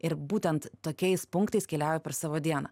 ir būtent tokiais punktais keliauju per savo dieną